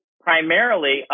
primarily